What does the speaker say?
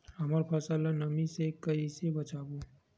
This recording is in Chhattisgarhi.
हमर फसल ल नमी से क ई से बचाबो?